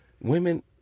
women